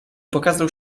pokazał